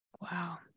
wow